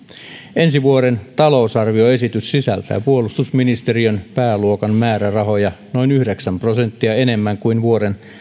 ensi vuoden talousarvioesitys sisältää puolustusministeriön pääluokan määrärahoja noin yhdeksän prosenttia enemmän kuin vuoden